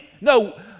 no